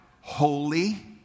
holy